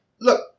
Look